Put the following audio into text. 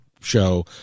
show